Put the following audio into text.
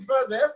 further